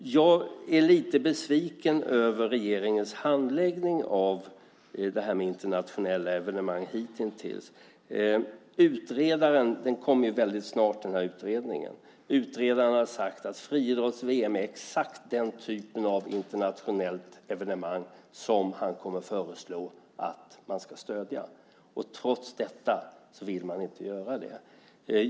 Jag är lite besviken över regeringens handläggning av det här med internationella evenemang hitintills. Utredaren - väldigt snart kommer ju en utredning - har sagt att friidrotts-VM är exakt den typ av internationella evenemang som han kommer att föreslå och som han kommer att säga att man ska stödja. Trots detta vill man inte göra det.